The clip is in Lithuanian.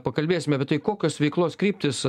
pakalbėsime apie tai kokios veiklos kryptys